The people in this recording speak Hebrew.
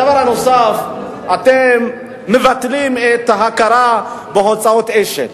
הדבר הנוסף, אתם מבטלים את ההכרה בהוצאות אש"ל.